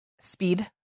speed